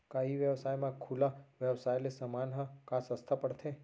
का ई व्यवसाय म खुला व्यवसाय ले समान ह का सस्ता पढ़थे?